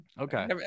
okay